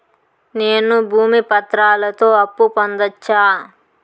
నేను భూమి పత్రాలతో అప్పు పొందొచ్చా?